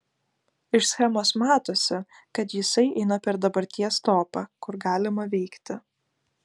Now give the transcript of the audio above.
iš schemos matosi kad jisai eina per dabarties topą kur galima veikti